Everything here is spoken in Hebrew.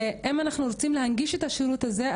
שאם אנחנו רוצים להנגיש את השירות הזה,